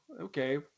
okay